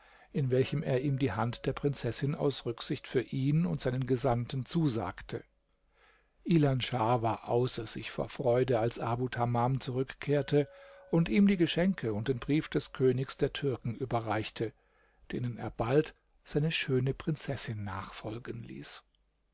in welchem er ihm die hand der prinzessin aus rücksicht für ihn und seinen gesandten zusagte ilan schah war außer sich vor freude als abu tamam zurückkehrte und ihm die geschenke und den brief des königs der türken überreichte denen er bald seine schöne prinzessin nachfolgen ließ